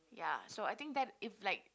ya so I think that if like